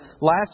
last